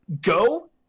go